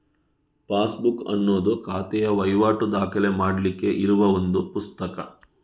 passbook ಅನ್ನುದು ಖಾತೆಯ ವೈವಾಟು ದಾಖಲೆ ಮಾಡ್ಲಿಕ್ಕೆ ಇರುವ ಒಂದು ಪುಸ್ತಕ